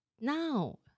now